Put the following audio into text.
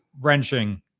wrenching